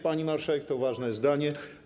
Pani marszałek, to ważne zdanie.